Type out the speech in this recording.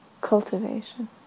cultivation